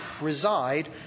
reside